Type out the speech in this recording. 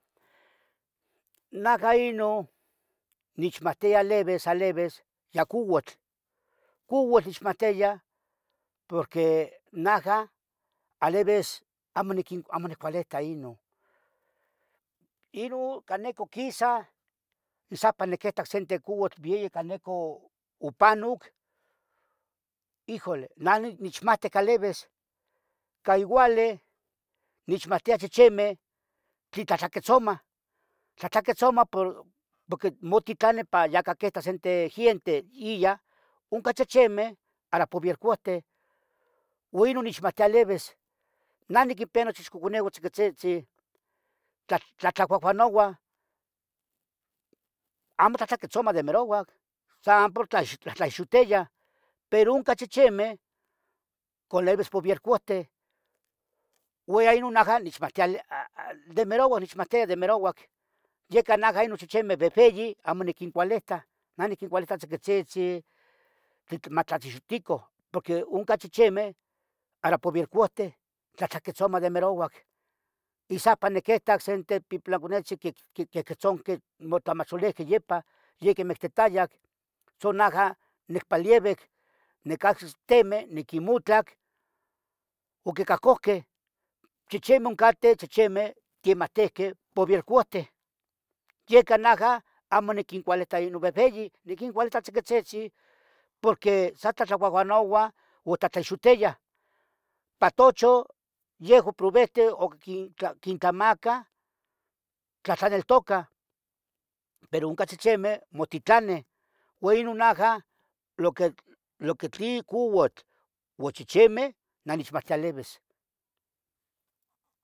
Najah inun nichmahtia, livis, alivis ye couatl, couatl nechmahtiaya porque najah, alivis, amo niquin, amo nicualita inun, inun ca neco quisah, insahpa nequetac. sente couatl viyac ca neco, upanoc, ijole nah nich- nichamtih. alivis ca iuali, nichmahtiah chcihimeh quitlahtlaquetzomah,. tlahtlquetzoma, por pohque, motitlane pa ya ca quitas sente. gienteya unca iya unca chichimeh, ara puvielcouhtih. Uon inun nechmahtiah livis, nah niquinpia nuchichicoconeuan. tziquitzitzin, tla, san por tlahtlauahuanouah, amo tlahtlaquetzomah. de merouac san por tlas, tlahtlaixuhteyah peru unca chichimeh. co livis puvielcouhtih, uon ya inun najah, nichmahtia a, de. merouac nehcmahtiaa de merouac, yica najah inun chichimeh. vehveyi amo niquincualita, nah niquincualita tziquitzitzin. tlin matlachixticoh, pohque unca chichimeh ara puvielcouhtih. tlahtlaquetzomah de merouac Isahpa nequetac sente qui, quiquequehtzonqueh. motamacholihqueh yipan, yiquimictehtayac tzu nanah, nicpalievec. necah chcichimeh, niquimutlac, oquicahcohqueh Chichimeh uncateh chichimeh quimahticqueh puvielcoutih yica. najah, amo niquincualita inun vehveyin, niquincualita. tziquitzitzin porque, san tlauahuanouah u tlatlaixuhteyah. pahtocho ye o provehte oc quintla- quintlamaca. tlahtlaneltocah, peru unca chichimeh, motitlaneh, uon inun. najah lo que, lo que tlin couatl uon chichimeh nah nichmahtia. alivis